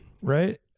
right